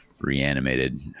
reanimated